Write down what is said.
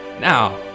now